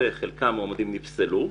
חלק מהמועמדים נפסלו,